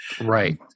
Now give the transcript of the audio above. Right